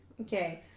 Okay